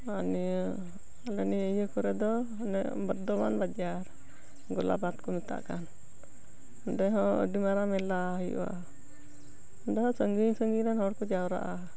ᱱᱤᱭᱟᱹ ᱟᱞᱮ ᱱᱤᱭᱟᱹ ᱚᱭᱟᱹ ᱠᱚᱨᱮ ᱫᱚ ᱦᱟᱱᱮ ᱵᱚᱨᱫᱷᱚ ᱢᱟᱱ ᱵᱟᱡᱟᱨ ᱜᱚᱞᱟᱯ ᱵᱟᱸᱫ ᱠᱚ ᱢᱮᱛᱟᱜ ᱠᱟᱱ ᱚᱸᱰᱮ ᱦᱚᱸ ᱟᱹᱰᱤ ᱢᱟᱨᱟᱝ ᱢᱮᱞᱟ ᱦᱩᱭᱩᱜᱼᱟ ᱚᱸᱰᱮ ᱦᱚᱸ ᱥᱟᱺᱜᱤᱧ ᱥᱟᱺᱜᱤᱧ ᱨᱮᱱ ᱦᱚᱲ ᱠᱚ ᱡᱟᱣᱨᱟᱜᱼᱟ